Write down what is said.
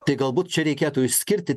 tai galbūt čia reikėtų išskirti